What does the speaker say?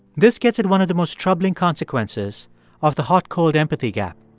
this gets at one of the most troubling consequences of the hot-cold empathy gap.